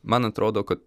man atrodo kad